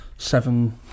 seven